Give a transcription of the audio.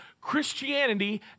Christianity